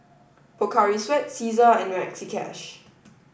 Pocari Sweat Cesar and Maxi Cash